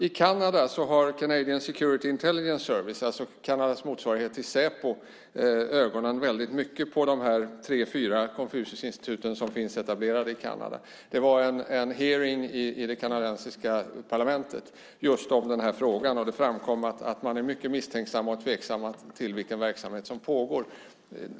I Kanada har Canadian Security Intelligence Service, Kanadas motsvarighet till Säpo, ögonen på de tre fyra Konfuciusinstitut som är etablerade i Kanada. Det var en hearing i det kanadensiska parlamentet om den här frågan. Det framkom att man är mycket misstänksam och tveksam när det gäller den verksamhet som pågår.